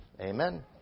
amen